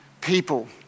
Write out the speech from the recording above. people